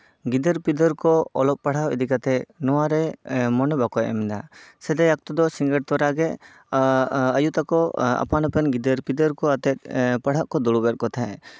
ᱜᱤᱫᱟᱹᱨᱼᱯᱤᱫᱟᱹᱨ ᱠᱚ ᱚᱞᱚᱜ ᱯᱟᱲᱦᱟᱣ ᱤᱫᱤ ᱠᱟᱛᱮᱜ ᱱᱚᱣᱟᱨᱮ ᱢᱚᱱᱮ ᱵᱟᱠᱚ ᱮᱢᱫᱟ ᱥᱮᱫᱟᱭ ᱚᱠᱛᱚ ᱫᱚ ᱥᱤᱸᱜᱟᱹᱲ ᱛᱚᱨᱟᱜᱮ ᱟᱭᱩ ᱛᱟᱠᱚ ᱟᱯᱟᱱ ᱟᱹᱯᱤᱱ ᱜᱤᱫᱟᱹᱨᱼᱯᱤᱫᱟᱹᱨ ᱠᱚ ᱟᱛᱮᱫ ᱯᱟᱲᱦᱟᱜ ᱠᱚ ᱫᱩᱲᱩᱵᱮᱫ ᱠᱚ ᱛᱟᱦᱮᱸᱫ